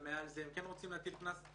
מעל זה הם כן רוצים להטיל קנס.